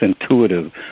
intuitive